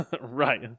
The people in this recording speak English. right